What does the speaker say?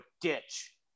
ditch